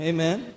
Amen